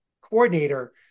coordinator